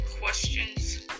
questions